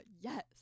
yes